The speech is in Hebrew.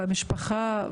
במשפחה,